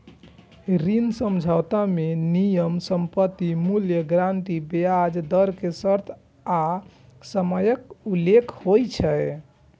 ऋण समझौता मे नियम, संपत्तिक मूल्य, गारंटी, ब्याज दर के शर्त आ समयक उल्लेख होइ छै